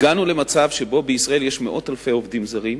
הגענו למצב שבו בישראל יש מאות אלפי עובדים זרים,